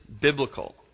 biblical